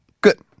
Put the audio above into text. Good